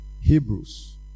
Hebrews